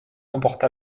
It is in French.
emporta